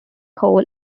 coal